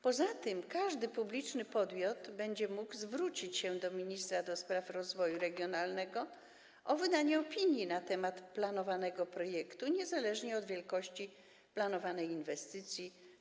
Poza tym każdy publiczny podmiot będzie mógł zwrócić się do ministra do spraw rozwoju regionalnego o wydanie opinii na temat planowanego projektu, niezależnie od wielkości planowanej inwestycji.